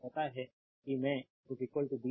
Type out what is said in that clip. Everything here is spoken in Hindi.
तो पता है कि मैं dq dt